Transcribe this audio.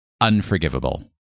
Unforgivable